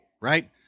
right